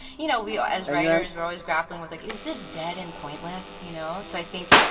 you know, we are as writers we're always grappling with, like is this dead and pointless, you know? so i think,